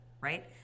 right